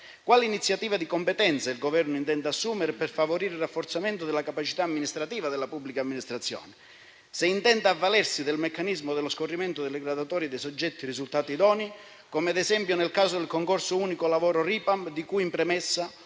quali iniziative di competenza il Governo intenda assumere per favorire il rafforzamento della capacità amministrativa della pubblica amministrazione; se intenda avvalersi del meccanismo dello scorrimento delle graduatorie dei soggetti risultati idonei, come ad esempio nel caso del concorso unico lavoro Ripam di cui in premessa,